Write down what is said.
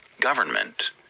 government